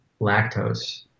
lactose